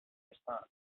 response